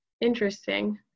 interesting